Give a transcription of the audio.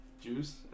Juice